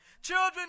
Children